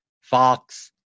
Fox